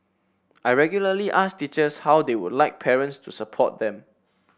I regularly ask teachers how they would like parents to support them